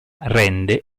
rende